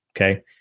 Okay